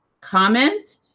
comment